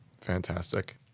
Fantastic